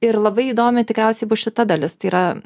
ir labai įdomi tikriausiai bus šita dalis tai yra